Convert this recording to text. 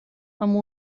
amb